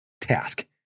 task